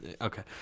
Okay